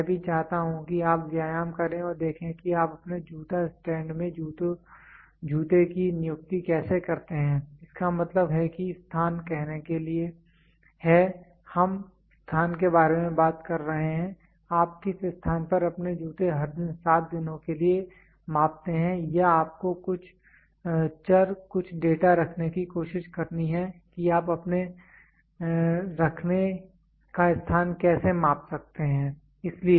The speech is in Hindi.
मैं यह भी चाहता हूं कि आप व्यायाम करें और देखें कि आप अपने जूता स्टैंड में जूते की नियुक्ति कैसे करते हैं इसका मतलब है कि स्थान कहने के लिए हम स्थान के बारे में बात कर रहे हैं आप किस स्थान पर अपने जूते हर दिन 7 दिनों के लिए मापते हैं या आपको कुछ चर कुछ डेटा रखने की कोशिश करनी है कि आप अपने रखने का स्थान कैसे माप सकते हैं